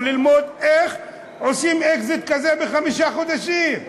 ללמוד איך עושים אקזיט כזה בחמישה חודשים,